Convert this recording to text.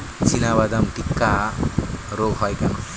চিনাবাদাম টিক্কা রোগ হয় কেন?